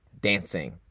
dancing